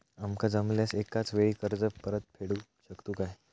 आमका जमल्यास एकाच वेळी कर्ज परत फेडू शकतू काय?